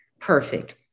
perfect